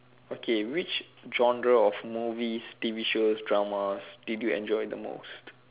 okay which genres of movies T_V shows dramas did you enjoy the most